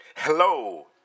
Hello